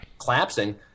collapsing